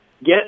get